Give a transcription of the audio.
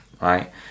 right